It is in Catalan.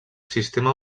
sistema